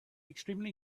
extremely